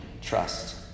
trust